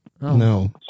No